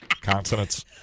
consonants